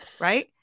right